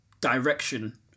direction